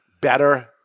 better